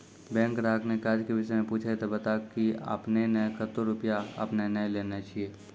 Bank ग्राहक ने काज के विषय मे पुछे ते बता की आपने ने कतो रुपिया आपने ने लेने छिए?